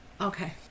Okay